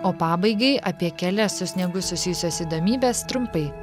o pabaigai apie kelias su sniegu susijusias įdomybes trumpai